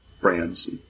brands